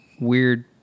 weird